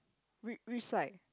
wh~ which side